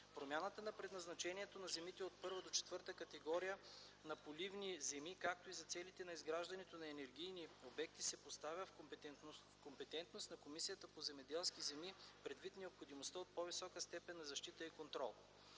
Промяната на предназначението на земите от първа до четвърта категория на поливни земи, както и за целите на изграждането на енергийни обекти се поставя в компетентност на Комисията по земеделски земи, предвид необходимостта от по-висока степен на защита и контрол.